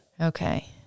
Okay